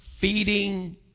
feeding